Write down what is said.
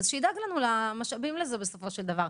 שידאג לנו למשאבים לזה בסופו של דבר.